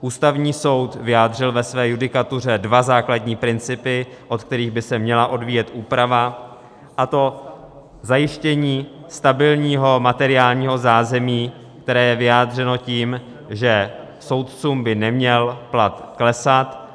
Ústavní soud vyjádřil ve své judikatuře dva základní principy, od kterých by se měla odvíjet úprava, a to zajištění stabilního materiálního zázemí, které je vyjádřeno tím, že soudcům by neměl plat klesat.